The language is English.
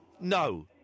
no